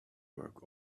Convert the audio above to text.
work